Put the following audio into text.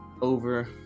over